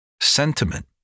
sentiment